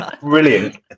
brilliant